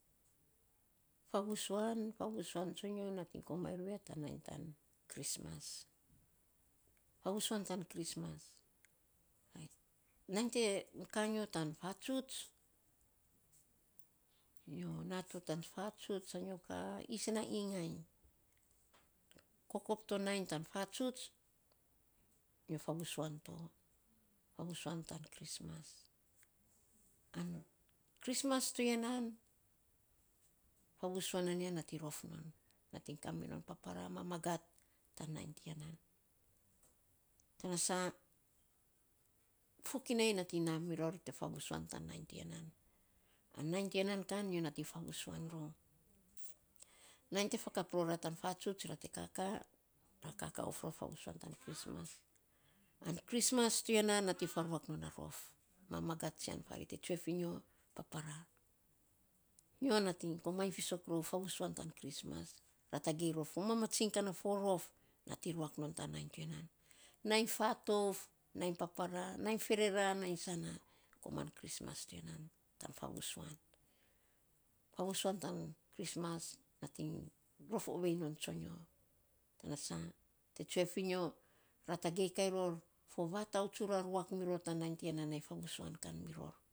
Favusuan, favusuan tsonyo, nyo nating komainy rou ya tan nainy tan christmas. Favusuan tan christmas rait nainy te ka nyo tan fatsuts, nyo na to tan fatsuts sa nyo ka isen na ingainy. Kokop ton nainytan fatsuts, nyo favusuan to. Favusuan tan christmas. An christmas to ya nan, favusuan nan ya nating rof non. Nating kaminon paparaa, mamagat tan nainy ti ya nan. An nainy ti ya nan kan nyo nating favusuan rou. Nainy te fakap rora tann fatsuts ra te kaka, ra kaka of ror favusuan tan christmas. An christmas to ya nan nating faruak non na rof mamagat tsian farei te tsue fi nyo, paparaa. Nyo nating komainy fisok rou favusuan tan christmas. Ra tagei ror mamatsiny ka na fo rof nating ruak non tan nainy to ya nan. Nainy fatouf, nainy paparaa, nainy ferera nainy saua koman christmas to ya nan tan favusuan. Favusuan tann christmas nating rof ovei non tsonyo. Tana sa, te tsue fi nyo, ra tagei kan ror fo vitau tsura mirror tan nainy ti ya nan nainy favusuan kan mirror.